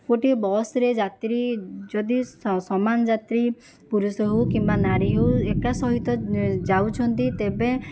ଗୋଟିଏ ବସ୍ରେ ଯାତ୍ରୀ ଯଦି ସମାନ ଯାତ୍ରୀ ପୁରୁଷ ହେଉ କିମ୍ବା ନାରୀ ହେଉ ଏକା ସହିତ ଯାଉଛନ୍ତି ତେବେ